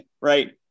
right